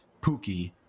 Pookie